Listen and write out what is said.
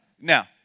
Now